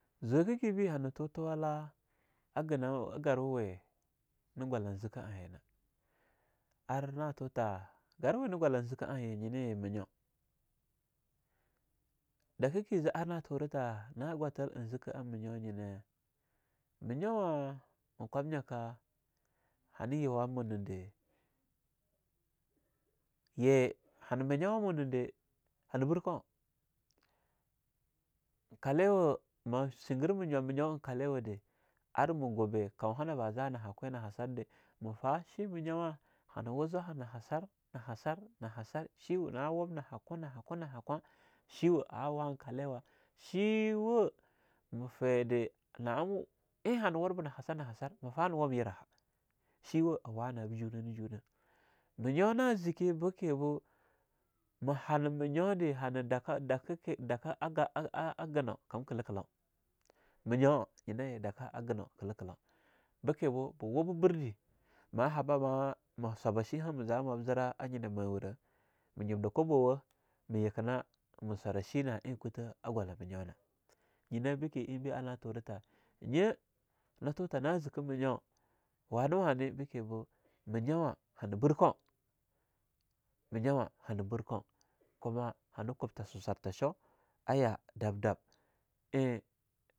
Zwakah ke bah, hana tuthual a ginau a garwawe na gwallan zikah anye nah. Ar na tutha ganwe na gwala zikah anye nyina yi minyau. Daka ke a zah ar na turetha na gwathil ein zikah a minyo nyina, minyawa, ein kwamnyaka hanah yuwa muna dah, ye hana minyowamma dah hana birkau, ein kaliwa, ma shiger ma nywa minyawa kaliwada, ar ma gwebe kauha naba zah nahakweh na ha sar dah, ma fah shi minyawa hana wu zwaha naha sar, naha sar, naha sar chiwa na wub nahakweh nahakwe nahakwe chiwa a wa nkaliwa chiwa mafide na am wu ein han wur naha sar naha sar ma fah hana wur ein yerahha, chiwa a wah na hab junah ne junah. Menyo na zeeke beke boo ma hanah menyo de mahana dakah dakah ki dakah genou, kam kelau-kelau ,menyawa nyinaye daka geno kelau-kelau, beke boo, ba wo ba birdah mah habah ma ma swaba shiha za mab zirah nyina mawura, ma nyimda kwabo, ma yikenah ma swara chinah eing kutha a gwala menyo na. Nyina beke eing bah ana turah tha nya na tutha zeke menyo wane-wane beke bo minyawa hana birko minyawa hana birko kuma hana kubtha susartha choo ayah dab-dab ein.